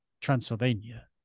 Transylvania